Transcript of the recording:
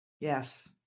Yes